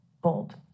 Bold